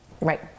right